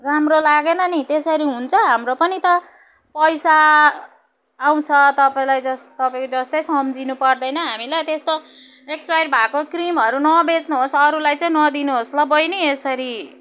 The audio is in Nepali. राम्रो लागेन नि त्यसरी हुन्छ हाम्रो पनि त पैसा आउँछ तपाईँलाई जस तपाईँ जस्तै सम्झिनु पर्दैन हामीलाई त्यस्तो एक्सपायर भएको क्रिमहरू नबेच्नुहोस् अरूलाई चाहिँ नदिनुहोस् ल बैनी यसरी